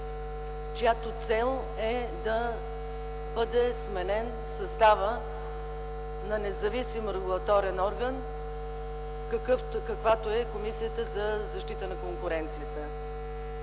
чиято цел е да бъде сменен съставът на независим регулаторен орган, какъвто е Комисията за защита на конкуренцията.